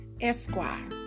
Esquire